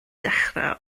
dechrau